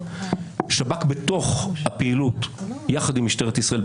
שב"כ בתוך הפעילות יחד עם משטרת ישראל,